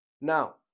Now